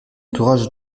entourage